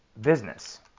business